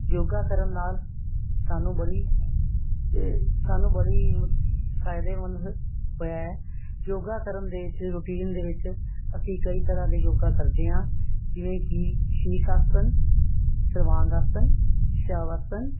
ਯੋਗਾ ਕਰਨ ਨਾਲ ਸਾਨੂੰ ਬੜੀ ਸਾਨੂੰ ਬੜੀ ਫਾਇਦੇਮੰਦ ਹੋਇਆ ਯੋਗਾ ਕਰਨ ਦੇ ਵਿੱਚ ਰੂਟੀਨ ਦੇ ਵਿੱਚ ਅਸੀਂ ਕਈ ਤਰ੍ਹਾਂ ਦੇ ਯੋਗਾ ਕਰਦੇ ਹਾਂ ਜਿਵੇਂ ਕਿ ਸ਼ੀਸ਼ ਆਸਣ ਸਰਵਾਂਗ ਆਸਣ ਸ਼ਵ ਆਸਣ